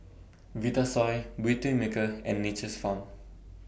Vitasoy Beautymaker and Nature's Farm